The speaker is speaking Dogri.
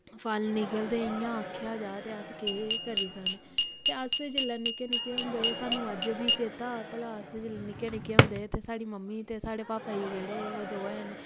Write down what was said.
फल निकलदे इ'यां आखेआ जाऽ ते अस केह् करी सकने ते अस जिल्लै निक्के निक्के होंदे हे सानूं अज्ज बी चेता भला अस जिल्लै निक्के निक्के होंदे हे ते साढ़ी मम्मी ते साढ़े पापा जी जेह्ड़े हे ओह् दोऐ जने